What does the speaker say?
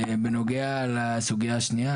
בנוגע לסוגייה השנייה,